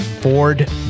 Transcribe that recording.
Ford